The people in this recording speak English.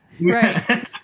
Right